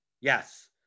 yes